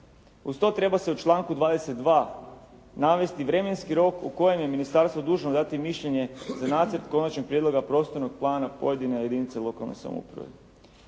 Uz to treba se u članku 22. navesti vremenski rok u kojem je ministarstvo dužno dati mišljenje na nacrt konačnog prijedloga prostornog plana pojedine jedinice lokalne samouprave.